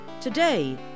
Today